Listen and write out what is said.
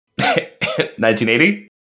1980